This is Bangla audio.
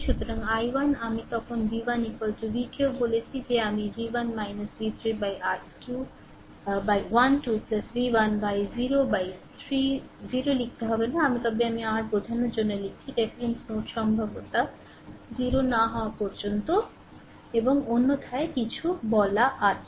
সুতরাং i1 আমি তখন v1 v কেও বলেছি যে আমি v1 v3 by 12 v1 by 0 by 3 0 লিখতে হবে না তবে আমি r বোঝার জন্য লিখেছি রেফারেন্স নোড সম্ভাব্যতা 0 না হওয়া পর্যন্ত এবং অন্যথায় কিছু বলা আছে